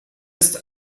ist